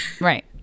right